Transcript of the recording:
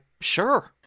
sure